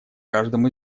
каждом